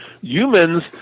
humans